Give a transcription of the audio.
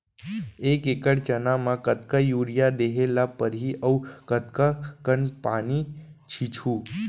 एक एकड़ चना म कतका यूरिया देहे ल परहि अऊ कतका कन पानी छींचहुं?